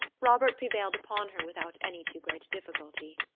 robert prevailed upon her without any too great difficulty.